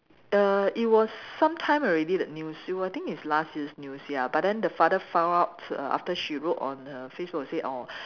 err it was some time already that news it was I think it's last year's news ya but then the father found out err after she wrote on her Facebook and said oh